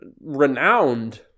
Renowned